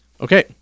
Okay